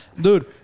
Dude